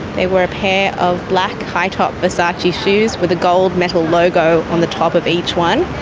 they were a pair of black high-top versace shoes with a gold metal logo on the top of each one.